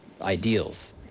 ideals